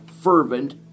fervent